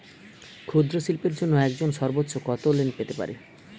ক্ষুদ্রশিল্পের জন্য একজন সর্বোচ্চ কত লোন পেতে পারে?